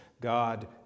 God